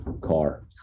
car